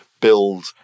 build